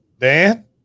Dan